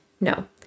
No